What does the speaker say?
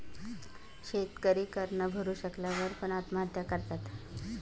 शेतकरी कर न भरू शकल्या वर पण, आत्महत्या करतात